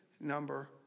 Number